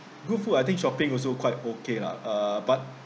good food I think shopping also quite okay lah uh but